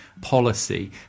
policy